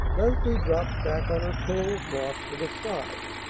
leslie dropped back on her pillow of moss with a sigh.